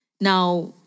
Now